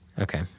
Okay